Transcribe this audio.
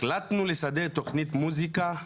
החלטנו לשדר תוכנית מוזיקה,